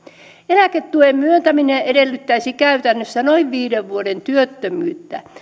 eläketuen myöntäminen edellyttäisi käytännössä noin viiden vuoden työttömyyttä